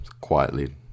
quietly